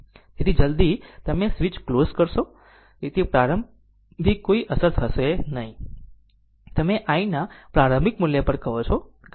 તેથી જલદી તમે સ્વીચ ક્લોઝ કરશો તેથી પ્રારંભિક પર કોઈ અસર થશે નહીં કે તમે i ના આ પ્રારંભિક મૂલ્ય પર કહો છો